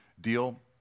deal